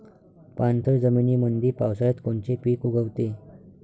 पाणथळ जमीनीमंदी पावसाळ्यात कोनचे पिक उगवते?